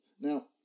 Now